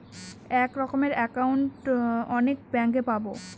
এক রকমের একাউন্ট অনেক ব্যাঙ্কে পাবো